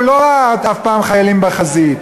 הוא לא ראה אף פעם חיילים בחזית,